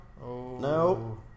No